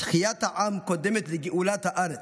תחיית העם קודמת לגאולת הארץ.